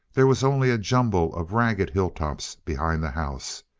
there was only a jumble of ragged hilltops behind the house,